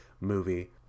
movie